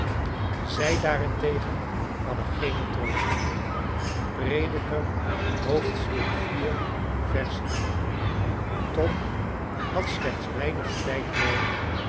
zij daarentegen hadden geenen trooster prediker tom had slechts weinig tijd noodig